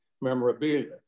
memorabilia